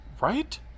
Right